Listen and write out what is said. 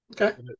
Okay